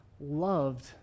loved